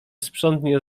sprzątnie